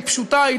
היא פשוטה,